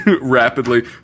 rapidly